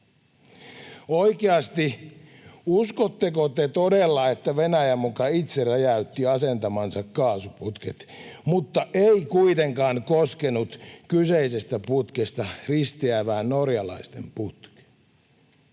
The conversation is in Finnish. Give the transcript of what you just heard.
oikeasti, todella, että Venäjä muka itse räjäytti asentamansa kaasuputket mutta ei kuitenkaan koskenut kyseisestä putkesta risteävään norjalaisten putkeen?